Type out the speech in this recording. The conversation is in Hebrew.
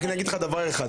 אני אגיד לך רק דבר אחד,